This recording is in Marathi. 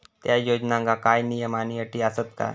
त्या योजनांका काय नियम आणि अटी आसत काय?